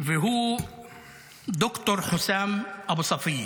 והוא ד"ר חוסאם אבו ספיה.